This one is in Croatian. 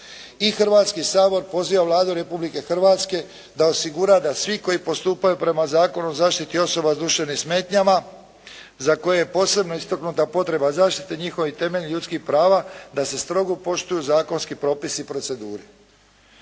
Hrvatski sabor poziva Vladu Republike Hrvatske da osigura da svi koji postupaju prema Zakonu o zaštiti osoba s duševnim smetnjama za koje je posebno istaknuta potreba zaštite, njihovih temeljnih ljudskih prava da se strogo poštuju zakonski propisi i procedure.